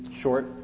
short